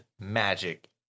magic